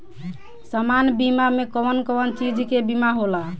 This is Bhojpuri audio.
सामान्य बीमा में कवन कवन चीज के बीमा होला?